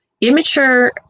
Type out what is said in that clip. Immature